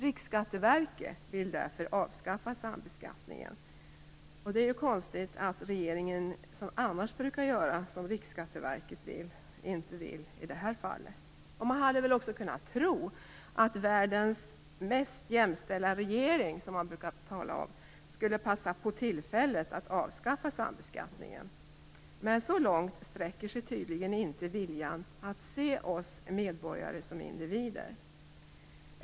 Riksskatteverket vill därför avskaffa sambeskattningen. Det är konstigt att regeringen, som annars brukar göra som Riksskatteverket vill, inte vill det i det här fallet. Man hade kunnat tro att "världens mest jämställda regering" skulle passa på tillfället att avskaffa sambeskattningen, men så långt sträcker sig tydligen inte viljan att se oss medborgare som individer.